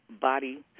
body